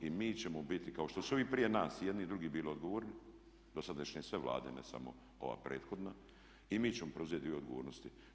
I mi ćemo biti kao što su ovi prije nas i jedni drugi bili odgovorni dosadašnje sve Vlade, ne samo ova prethodna, i mi ćemo preuzeti dio odgovornosti.